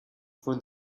for